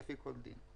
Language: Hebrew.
לפי כל דין.